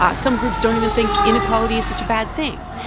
ah some groups don't even think inequality is such a bad thing.